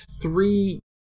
three